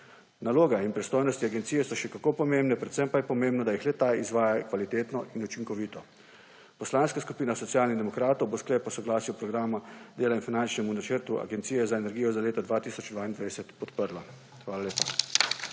Naloga in pristojnosti in agencije so še kako pomembne, predvsem pa je pomembno, da jih le-ta izvajajo kvalitetno in učinkovito. Poslanska skupina Socialnih demokratov bo sklep o soglasju k Programu dela in finančnemu načrtu Agencije za energijo za leto 2022 podprla. Hvala lepa.